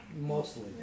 Mostly